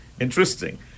Interesting